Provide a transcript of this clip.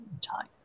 time